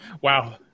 Wow